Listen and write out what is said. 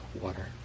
water